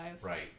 Right